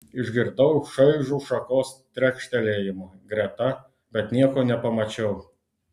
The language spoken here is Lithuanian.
išgirdau šaižų šakos trekštelėjimą greta bet nieko nepamačiau